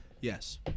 Yes